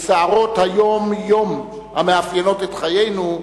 בסערת היום-יום המאפיינת את חיינו,